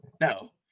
no